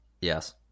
Yes